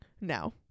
no